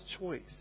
choice